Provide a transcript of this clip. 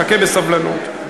חכה בסבלנות.